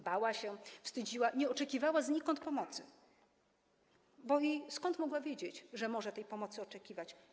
Bała się, wstydziła, nie oczekiwała znikąd pomocy, bo i skąd mogła wiedzieć, że może tej pomocy oczekiwać.